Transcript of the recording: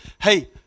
Hey